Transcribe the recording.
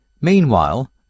Meanwhile